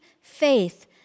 faith